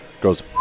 goes